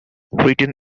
written